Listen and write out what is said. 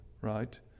right